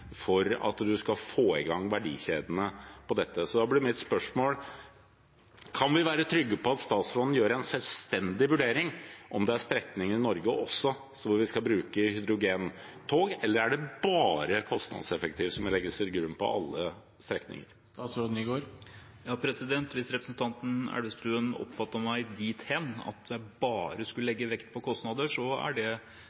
for at vi skal få i gang verdikjedene for dette. Så da blir mitt spørsmål: Kan vi være trygg på at statsråden gjør en selvstendig vurdering av om det er strekninger i Norge der vi skal bruke hydrogentog, eller er det bare kostnadseffektivitet som legges til grunn på alle strekninger? Hvis representanten Elvestuen oppfattet meg dit hen at jeg bare skulle